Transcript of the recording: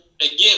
Again